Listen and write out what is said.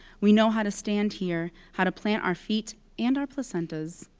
we know how to stand here, how to plant our feet and our placentas.